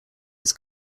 its